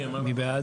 מי נגד?